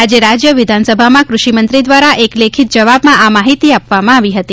આજે રાજ્ય વિધાનસભામાં ક્રષિમંત્રી દ્વારા એક લેખિત જવાબમાં આ માહિતી આપવામાં આવી હતી